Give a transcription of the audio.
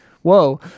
Whoa